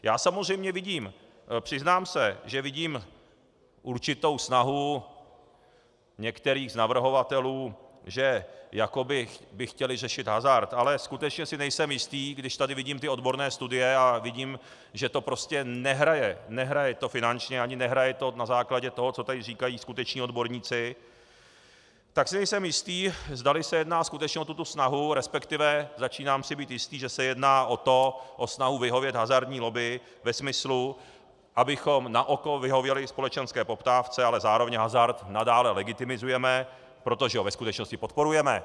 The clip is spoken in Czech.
Já samozřejmě vidím, přiznám se, že vidím určitou snahu některých navrhovatelů, že jakoby chtěli řešit hazard, ale skutečně si nejsem jistý, když tady vidím ty odborné studie a vidím, že to prostě nehraje finančně, ani to nehraje na základě toho, co tady říkají skuteční odborníci, tak si nejsem jistý, zdali se jedná skutečně o tuto snahu, resp. začínám si být jistý, že se jedná o snahu vyhovět hazardní lobby ve smyslu, abychom naoko vyhověli společenské poptávce, ale zároveň hazard nadále legitimizujeme, protože ho ve skutečnosti podporujeme.